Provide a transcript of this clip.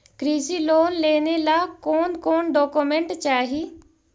कृषि लोन लेने ला कोन कोन डोकोमेंट चाही?